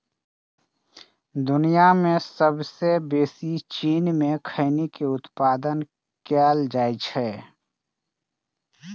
दुनिया मे सबसं बेसी चीन मे खैनी के उत्पादन कैल जाइ छै